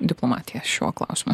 diplomatija šiuo klausimu